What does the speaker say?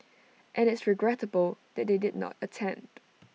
and it's regrettable that they did not attend